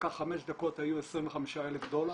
לקחו חמש דקות והיו 25,000 דולר.